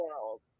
world